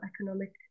Economic